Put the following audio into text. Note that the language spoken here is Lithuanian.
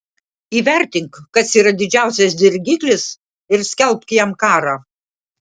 įvertink kas yra didžiausias dirgiklis ir skelbk jam karą